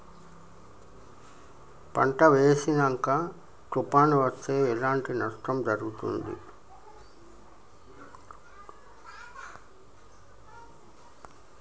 పంట వేసినంక తుఫాను అత్తే ఎట్లాంటి నష్టం జరుగుద్ది?